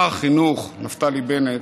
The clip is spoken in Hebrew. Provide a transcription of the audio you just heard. שר החינוך נפתלי בנט,